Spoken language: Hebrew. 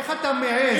איך אתה מעז?